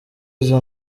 izo